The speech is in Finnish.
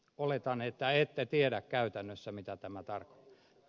oletan että ette tiedä käytännössä mitä tämä tarkoittaa